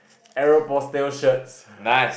Aeropostale shirts